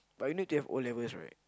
but you need to have O-levels right